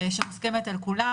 שמוסכמת על כולם,